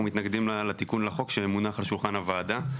מתנגדים לתיקון החוק שמונח על שולחן הוועדה.